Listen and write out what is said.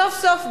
סוף סוף,